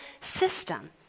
system